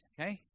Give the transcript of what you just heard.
Okay